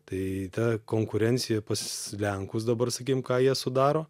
tai ta konkurencija pas lenkus dabar sakykim ką jie sudaro